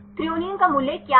threonine का मूल्य क्या है